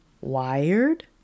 Wired